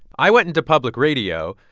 i went into public radio.